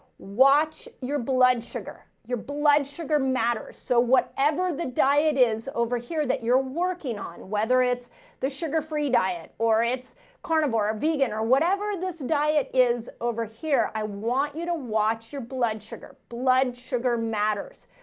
watch your blood sugar, your blood sugar matters. so whatever the diet is over here, that you're working on, whether it's the sugar-free diet or it's carnivore or vegan or whatever this diet is over here. i want you to watch your blood sugar blood sugar matters.